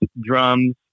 drums